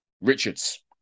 Richards